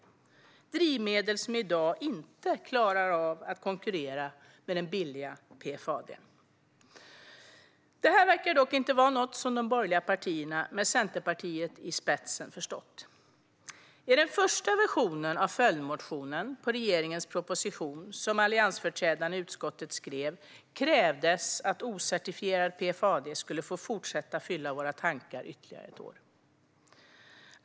Det är drivmedel som i dag inte klarar av att konkurrera med det billigare PFAD. Detta verkar dock inte var något som de borgerliga partierna, med Centerpartiet i spetsen, har förstått. I den första versionen av följdmotionen till regeringens proposition som alliansföreträdarna i utskottet skrev krävdes att ocertifierad PFAD skulle få fortsätta att fyllas i våra bensintankar ytterligare ett år.